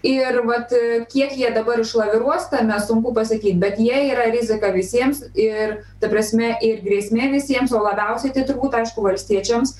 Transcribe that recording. ir vat kiek jie dabar išlaviruos tame sunku pasakyt bet jie yra rizika visiems ir ta prasme ir grėsmė visiems o labiausiai tai turbūt aišku valstiečiams